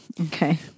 okay